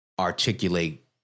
articulate